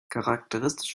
charakteristisch